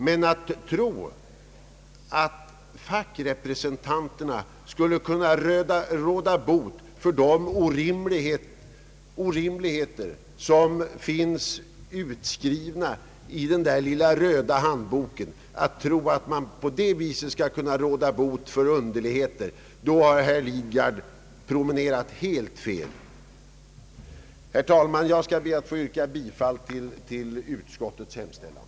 Att däremot tro att fackrepresentationen skulle på något sätt kunna råda bot på de orimligheter som finns upptagna i den där lilla röda handboken är helt felaktigt, herr Lidgard. Herr talman! Jag ber att få yrka bifall till utskottets hemställan.